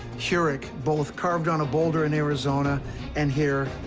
hurech, both carved on a boulder in arizona and here.